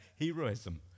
heroism